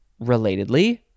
Relatedly